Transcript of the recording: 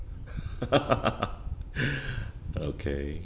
okay